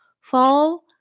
Fall